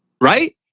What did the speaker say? Right